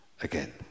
again